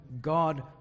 God